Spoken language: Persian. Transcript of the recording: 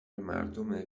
مردم